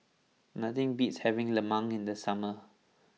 nothing beats having Lemang in the summer